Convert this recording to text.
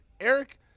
Eric